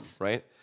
right